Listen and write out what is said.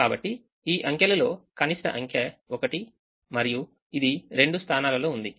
కాబట్టి ఈ అంకెలు లో కనిష్ట అంకె 1 మరియు ఇదిరెండు స్థానాలలో ఉంది